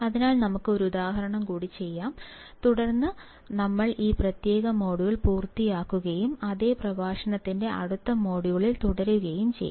അതിനാൽ നമുക്ക് ഒരു ഉദാഹരണം കൂടി ചെയ്യാം തുടർന്ന് ഞങ്ങൾ ഈ പ്രത്യേക മൊഡ്യൂൾ പൂർത്തിയാക്കുകയും അതേ പ്രഭാഷണത്തിന്റെ അടുത്ത മൊഡ്യൂളിൽ തുടരുകയും ചെയ്യും